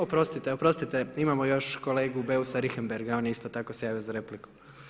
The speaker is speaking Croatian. Oprostite, oprostite imamo još kolegu Beusa Richembergha on je isto tako se javio za repliku.